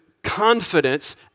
confidence